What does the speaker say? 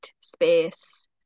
space